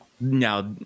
Now